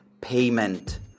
payment